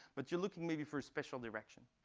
but you're looking, maybe, for a special direction.